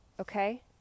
okay